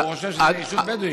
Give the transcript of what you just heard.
הוא חושב שזה יישוב בדואי.